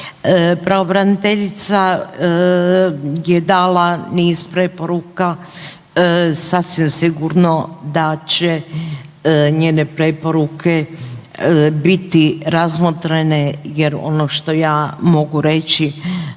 Pravobraniteljica je dala niz preporuka sasvim sigurno da će njene preporuke biti razmotrene jer ono što ja mogu reći